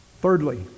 Thirdly